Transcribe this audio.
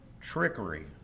trickery